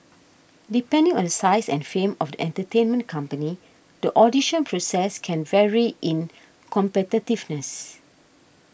depending on the size and fame of the entertainment company the audition process can vary in competitiveness